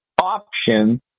option